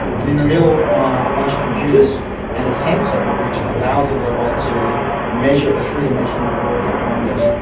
and in the middle a bench of computers and a sensor which allows the robot to measure the three-dimensional world around it.